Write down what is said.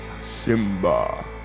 simba